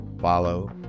follow